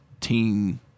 teen